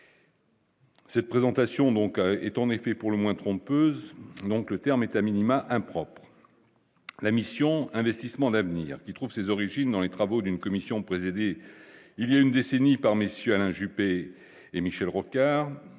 Cette présentation, donc, est en effet pour le moins, trompeuse, donc, le terme est a minima, impropre à la mission investissements d'avenir, qui trouve ses origines dans les travaux d'une commission, présidée il y a une décennie par messieurs Alain Juppé et Michel Rocard,